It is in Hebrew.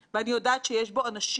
אולם הדבר המסובך יותר,